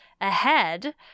ahead